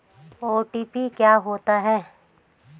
OTP क्या होता है?